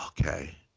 Okay